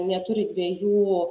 neturi dviejų